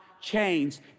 changed